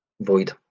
void